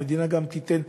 המדינה גם תיתן הטבות,